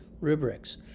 rubrics